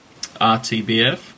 rtbf